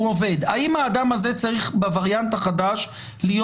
הוא עובד האם האדם צריך בווריאנט החדש להיות